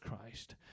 Christ